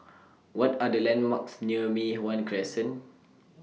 What Are The landmarks near Mei Hwan Crescent